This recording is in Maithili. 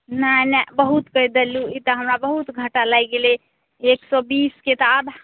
नहि निभूत कहि देलहुॅं ई तऽ हमरा बहुत घाटा लागि गेलै एक सए बीसके तऽ आधा